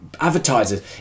advertisers